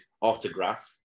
Autograph